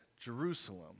Jerusalem